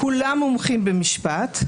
כולם מומחים במשפט.